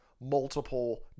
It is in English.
multiple